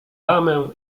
ramę